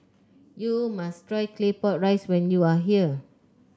you must try Claypot Rice when you are here